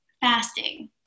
fasting